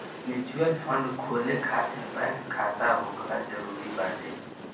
mutual fund खोले खातिर bank खाता होखल जरुरी बाटे